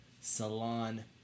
salon